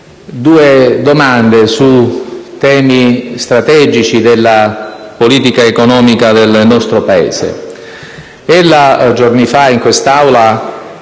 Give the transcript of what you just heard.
due domande su temi strategici della politica economica del nostro Paese.